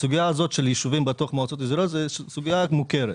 הסוגייה הזאת של ישובים בתוך מועצות אזוריות זו סוגיה מוכרת.